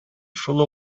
шул